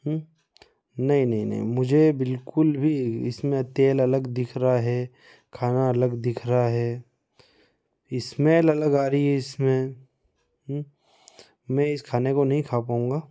नहीं नहीं नहीं मुझे बिल्कुल भी इ इसमें तेल अलग दिख रहा है खाना अलग दिख रहा है स्मेल अलग आ रही है इसमें मैं इस खाने को नहीं खा पाउँगा